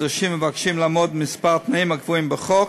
נדרשים המבקשים לעמוד בכמה תנאים הקבועים בחוק.